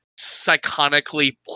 psychonically